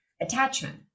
attachment